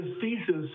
thesis